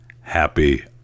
happy